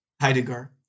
Heidegger